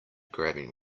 grabbing